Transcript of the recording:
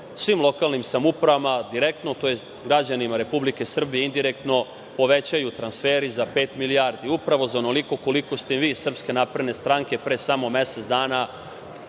svim lokalnim samoupravama direktno, tj. građanima Republike Srbije indirektno, povećaju transferi za pet milijardi, upravo za onoliko koliko ste vi iz SNS, pre samo mesec dana,